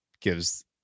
gives